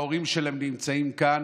ההורים שלהם נמצאים כאן,